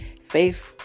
Face